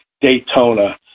Daytona